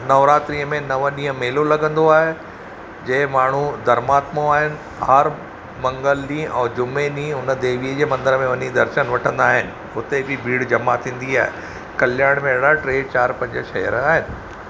नवरात्री में नव ॾींहं मेलो लॻंदो आहे जंहिं माण्हू धर्मात्मो आहिनि हर मंगल ॾींहुं ऐं ॼुमें ॾींहुं उन देवीअ जे मंदर में वञी दर्शन वठंदा आहिनि हुते बि भीड़ जमा थींदी आहे कल्याण में अहिड़ा टे चारि पंज शहर आहिनि